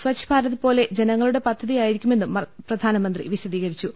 സച്ഛ്ഭാ രത് പോലെ ജനങ്ങളുടെ പദ്ധതിയായിരിക്കുമെന്നും പ്രധാ നമന്ത്രി വിശദീകരിച്ചു